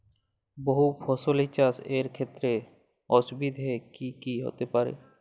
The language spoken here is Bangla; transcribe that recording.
বহু ফসলী চাষ এর ক্ষেত্রে অসুবিধে কী কী হতে পারে?